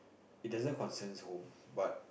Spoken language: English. it doesn't concerns home but